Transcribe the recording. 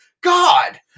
God